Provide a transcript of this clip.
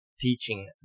teaching